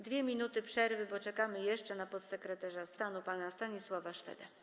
2 minuty przerwy, bo czekamy jeszcze na podsekretarza stanu pana Stanisława Szweda.